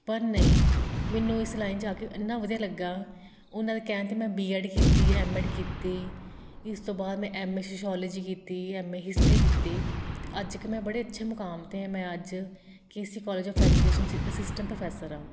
ਪਰ ਨਹੀਂ ਮੈਨੂੰ ਇਸ ਲਾਈਨ 'ਚ ਆ ਕੇ ਇੰਨਾ ਵਧੀਆ ਲੱਗਾ ਉਹਨਾਂ ਦੇ ਕਹਿਣ 'ਤੇ ਮੈਂ ਬੀ ਐਡ ਕੀਤੀ ਐੱਮ ਐੱਡ ਕੀਤੀ ਇਸ ਤੋਂ ਬਾਅਦ ਮੈਂ ਐੱਮ ਏ ਸ਼ਸ਼ੋਲੋਜੀ ਕੀਤੀ ਐੱਮ ਏ ਹਿਸਟਰੀ ਕੀਤੀ ਅਤੇ ਅੱਜ ਕਿ ਮੈਂ ਬੜੇ ਅੱਛੇ ਮੁਕਾਮ 'ਤੇ ਹਾਂ ਮੈਂ ਅੱਜ K C college of education 'ਚ ਅਸਿਸਟੈਂਟ ਪ੍ਰੋਫੈਸਰ ਹਾਂ